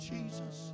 Jesus